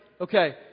Okay